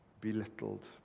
belittled